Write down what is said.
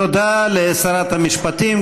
תודה לשרת המשפטים.